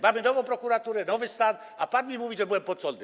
Mamy nową prokuraturę, nowy stan, a pan mi mówi, że byłem podsądnym.